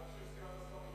עד שסגן השר,